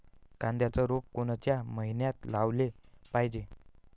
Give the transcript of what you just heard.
कांद्याचं रोप कोनच्या मइन्यात लावाले पायजे?